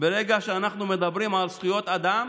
ברגע שאנחנו מדברים על זכויות אדם,